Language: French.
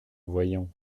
voyant